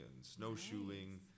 snowshoeing